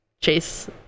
Chase